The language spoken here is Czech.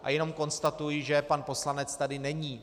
A jenom konstatuji, že pan poslanec tady není.